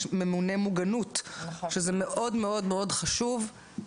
יש ממונה מוגנות שזה מאוד חשוב,